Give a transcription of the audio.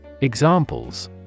Examples